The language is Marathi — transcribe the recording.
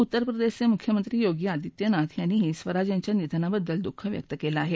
उत्तर प्रदेशचे मुख्यमंत्री योगी आदित्यनाथ यांनीही स्वराज यांच्या निधनाबद्दल दुःख व्यक्त केलं आहे